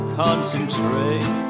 concentrate